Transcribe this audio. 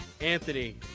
Anthony